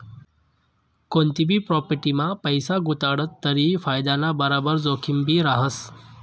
कोनतीभी प्राॅपटीमा पैसा गुताडात तरी फायदाना बराबर जोखिमभी रहास